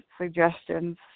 suggestions